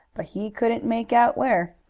but he couldn't make out where.